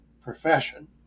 profession